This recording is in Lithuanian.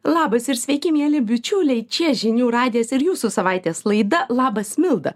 labas ir sveiki mieli bičiuliai čia žinių radijas ir jūsų savaitės laida labas milda